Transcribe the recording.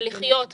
זה לחיות בכבוד.